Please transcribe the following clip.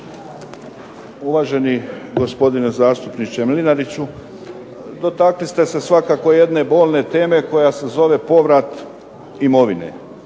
Uvaženi gospodine zastupniče Mlinariću, dotakli ste se svakako jedne bolne teme koja se zove povrat imovine